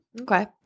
Okay